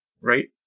right